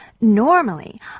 Normally